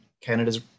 Canada's